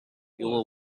will